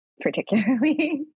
particularly